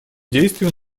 действию